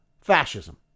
fascism